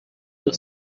your